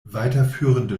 weiterführende